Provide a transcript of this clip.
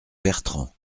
bertrand